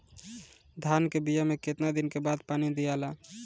धान के बिया मे कितना दिन के बाद पानी दियाला?